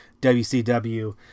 WCW